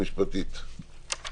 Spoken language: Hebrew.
תמשיך עם זה, זה כיוון טוב.